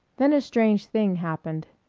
then a strange thing happened.